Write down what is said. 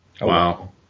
Wow